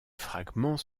fragments